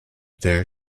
there